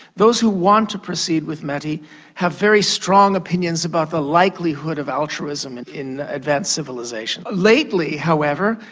those who want to proceed with meti have very strong opinions about the likelihood of altruism and in advanced civilisations. lately, however,